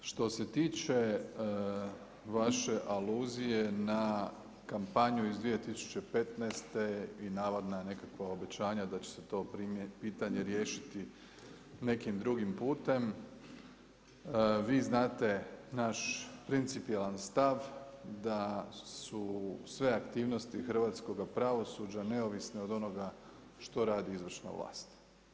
Što se tiče vaše aluzije na kampanju iz 2015. i navodna nekakva obećanja da će se to pitanje riješiti nekim drugim putem vi znate naš principijelan stav da su sve aktivnosti hrvatskoga pravosuđa neovisne od onoga što radi izvršna vlast.